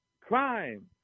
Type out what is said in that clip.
crime